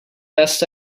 best